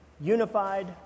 unified